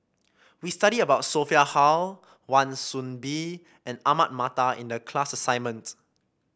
we studied about Sophia Hull Wan Soon Bee and Ahmad Mattar in the class assignment